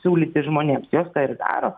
siūlyti žmonėms jos tą ir daro